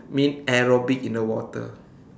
mean aerobic in the water